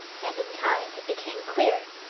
and in time it became clear.